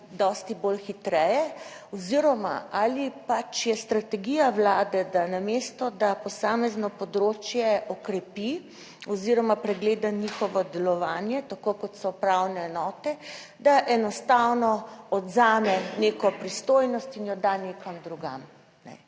dosti bolj hitreje oziroma ali pač je strategija Vlade, da namesto, da posamezno področje okrepi oziroma pregleda njihovo delovanje, tako kot so upravne enote, da enostavno odvzame neko pristojnost in jo da nekam drugam,